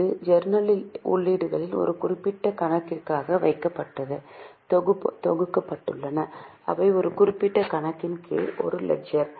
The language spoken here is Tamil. இப்போது ஜர்னல்லிருந்து உள்ளீடுகள் ஒரு குறிப்பிட்ட கணக்கிற்காக வகைப்படுத்தப்பட்டு தொகுக்கப்பட்டுள்ளன அவை ஒரு குறிப்பிட்ட கணக்கின் கீழ் ஒரு லெட்ஜர்